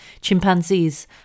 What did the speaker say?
Chimpanzees